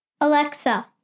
Alexa